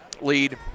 lead